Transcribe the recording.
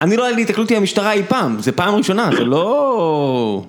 אני לא היה לי התקלות עם המשטרה אי פעם, זה פעם ראשונה, זה לא...